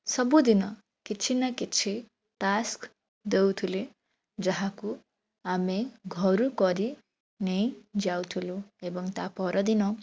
ସବୁଦିନ କିଛି ନା କିଛି ଟାସ୍କ୍ ଦେଉଥିଲେ ଯାହାକୁ ଆମେ ଘରୁ କରି ନେଇଯାଉଥିଲୁ ଏବଂ ତା' ପରଦିନ